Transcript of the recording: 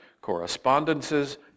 correspondences